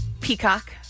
Peacock